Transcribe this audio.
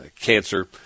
cancer